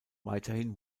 weiterhin